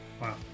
Wow